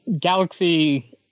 Galaxy